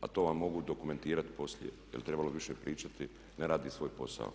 a to vam mogu dokumentirati poslije jer trebalo bi više pričati ne raditi svoj posao.